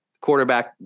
quarterback